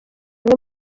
umwe